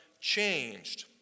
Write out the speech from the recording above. changed